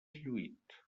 lluït